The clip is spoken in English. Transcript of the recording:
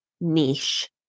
niche